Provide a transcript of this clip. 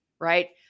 Right